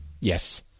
Yes